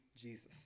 Jesus